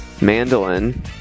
mandolin